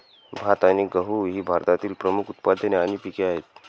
भात आणि गहू ही भारतातील प्रमुख उत्पादने आणि पिके आहेत